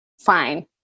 fine